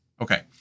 Okay